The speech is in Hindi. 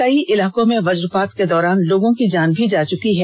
कई इलाको में वजपात के दौरान लोगों की जान भी जा चुकी है